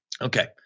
Okay